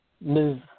move